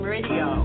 Radio